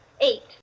Eight